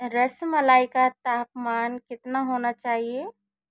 रसमलाई का तापमान कितना होना चाहिए